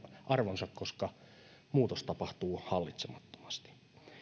arvonsa koska muutos tapahtuu hallitsemattomasti